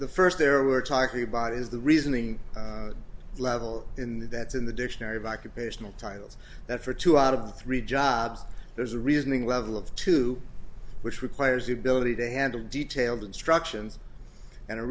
the st there were talking about is the reasoning level in that's in the dictionary by comparison of titles that for two out of three jobs there's a reasoning level of two which requires the ability to handle detailed instructions and